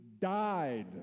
died